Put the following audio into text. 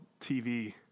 TV